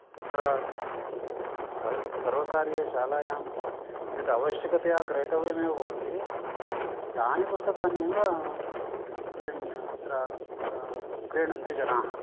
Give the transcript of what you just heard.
तत्र सर्व् सर्वकारीयशालायां यदवश्यकतया क्रेतव्यमेव भवति तानि पुस्तकान्येव क्रीण् तत्र क्रीणन्ति जनाः